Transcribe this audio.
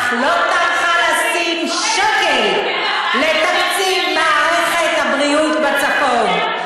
אך לא טרחה לשים שקל בתקציב מערכת הבריאות בצפון.